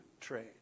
trade